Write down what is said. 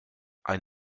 ein